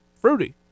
Fruity